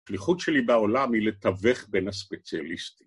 השליחות שלי בעולם היא לתווך בין הספציאליסטים